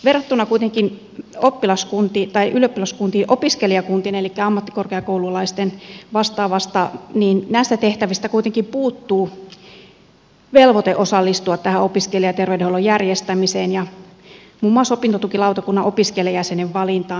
verrattuna kuitenkin ylioppilaskuntiin opiskelijakuntien elikkä ammattikorkeakoululaisten vastaavien tehtävistä kuitenkin puuttuu velvoite osallistua opiskelijaterveydenhuollon järjestämiseen ja muun muassa opintotukilautakunnan opiskelijajäsenen valintaan